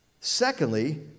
Secondly